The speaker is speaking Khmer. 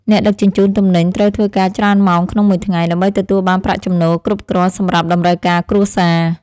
អ្នកដឹកជញ្ជូនទំនិញត្រូវធ្វើការច្រើនម៉ោងក្នុងមួយថ្ងៃ ដើម្បីទទួលបានប្រាក់ចំណូលគ្រប់គ្រាន់សម្រាប់តម្រូវការគ្រួសារ។